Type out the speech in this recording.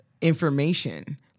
information